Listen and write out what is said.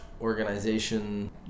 organization